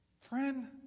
Friend